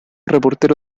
reportero